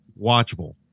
watchable